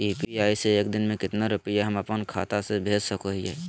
UPI से एक दिन में कितना रुपैया हम अपन खाता से भेज सको हियय?